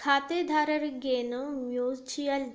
ಖಾತೆದಾರರರಿಗೆನೇ mutual